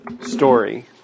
story